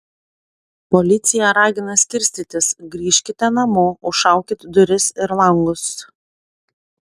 policija ragina skirstytis grįžkite namo užšaukit duris ir langus